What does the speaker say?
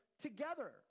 together